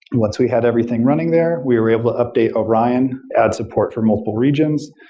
once we had everything running there, we're able to update orion, add support for multiple regions.